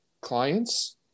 clients